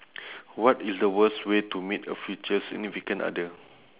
what is the worst way to meet a future significant other